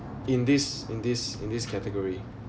in this in this in this category